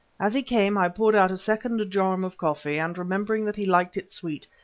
as he came i poured out a second jorum of coffee, and remembering that he liked it sweet,